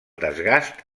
desgast